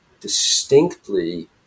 distinctly